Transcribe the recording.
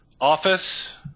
office